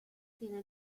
tiene